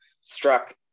struck